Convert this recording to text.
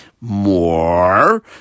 more